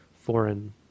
foreign